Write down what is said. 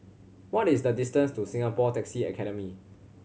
what is the distance to Singapore Taxi Academy